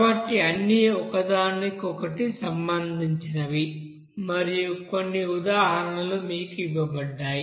కాబట్టి అన్నీ ఒకదానికొకటి సంబంధించినవి మరియు కొన్ని ఉదాహరణలు మీకు ఇవ్వబడ్డాయి